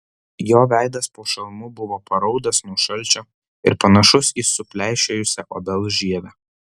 jo veidas po šalmu buvo paraudęs nuo šalčio ir panašus į supleišėjusią obels žievę